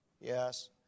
yes